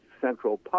Central